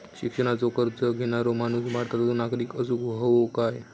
शिक्षणाचो कर्ज घेणारो माणूस भारताचो नागरिक असूक हवो काय?